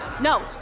no